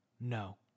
No